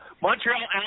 Montreal